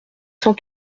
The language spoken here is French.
cent